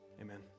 amen